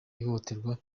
ihohoterwa